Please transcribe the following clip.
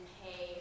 pay